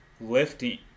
lifting